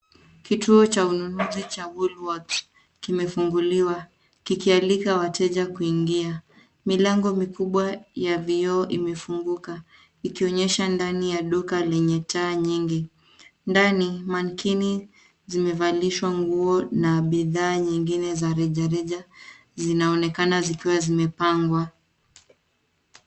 Kituo cha ununuzi cha Woolworths kimefunguliwa kikialika wateja kuingia. Milango mikubwa ya vioo imefunguka ikionyesha ndani ya duka lenye taa nyingi. Ndani, mankini zimevalishwa nguo na bidhaa nyingine za rejareja zinaonekana zikiwa zimepangwa.